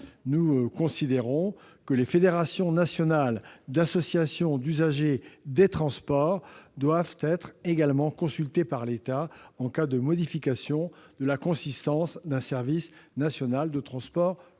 Nous considérons que les fédérations nationales d'associations d'usagers des transports doivent être également consultées par l'État en cas de modification de la consistance d'un service national de transport